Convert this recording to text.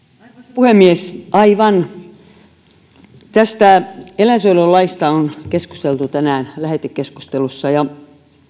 puhemies aivan tästä eläinsuojelulaista on keskusteltu tänään lähetekeskustelussa ja